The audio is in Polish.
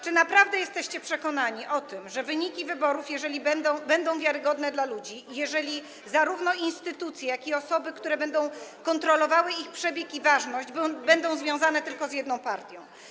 Czy naprawdę jesteście przekonani o tym, że wynik wyborów będzie wiarygodny dla ludzi, jeżeli zarówno instytucje, jak i osoby, które będą kontrolowały ich przebieg i stwierdzały ważność, będą związane tylko z jedną partią?